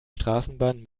straßenbahn